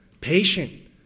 patient